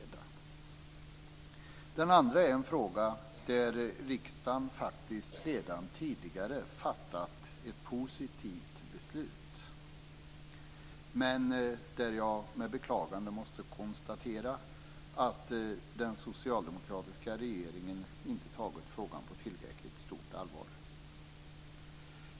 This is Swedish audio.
Den andra motionen tar upp en fråga där riksdagen faktiskt redan tidigare har fattat ett positivt beslut. Men med beklagande måste jag konstatera att den socialdemokratiska regeringen inte har tagit frågan på tillräckligt stort allvar.